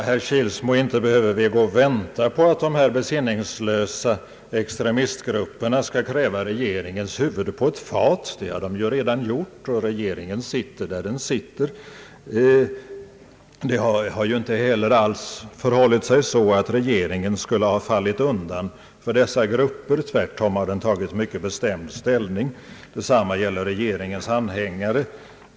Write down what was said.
Herr talman! Inte behöver vi gå och vänta på, herr Kilsmo, att dessa besinningslösa extremistgrupper skall kräva regeringens huvud på ett fat. Det har de redan gjort, men regeringen sitter där den sitter. Det har inte heller alls förhållit sig så att regeringen skulle ha fallit undan för dessa grupper. Den har tvärtom tagit mycket bestämd ställning. Detsamma gäller regeringens anhängare.